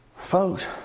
Folks